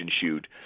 shoot